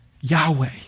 Yahweh